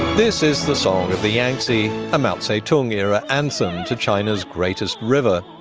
this is the song of the yangtze, a mao zedong era anthem to china's greatest river.